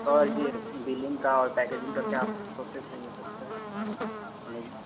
और ये बिलिंग का और पैकेजिंग का क्या प्रोसेस है ये सोनी जी